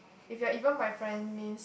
if you are even my friend means